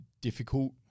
difficult